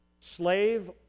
slave